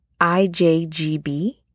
IJGB